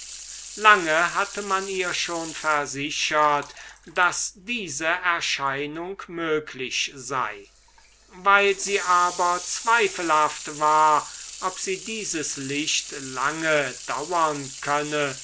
lange hatte man ihr schon versichert daß diese erscheinung möglich sei weil sie aber zweifelhaft war ob dieses licht lange dauern könne